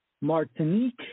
Martinique